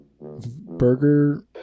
burger